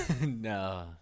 No